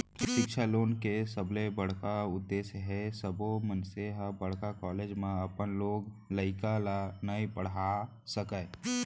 सिक्छा लोन के सबले बड़का उद्देस हे सब्बो मनसे ह बड़का कॉलेज म अपन लोग लइका ल नइ पड़हा सकय